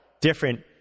different